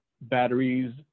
batteries